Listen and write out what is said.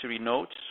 notes